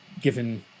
given